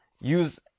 use